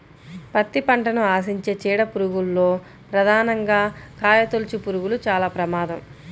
పత్తి పంటను ఆశించే చీడ పురుగుల్లో ప్రధానంగా కాయతొలుచుపురుగులు చాలా ప్రమాదం